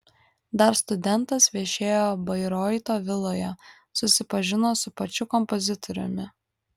dar studentas viešėjo bairoito viloje susipažino su pačiu kompozitoriumi